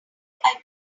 made